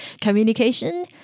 communication